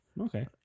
Okay